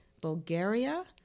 Bulgaria